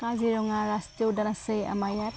কাজিৰঙা ৰাষ্ট্ৰীয় উদ্যান আছে আমাৰ ইয়াত